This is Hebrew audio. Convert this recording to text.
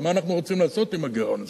מה אנחנו רוצים לעשות עם הגירעון הזה.